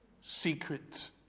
secret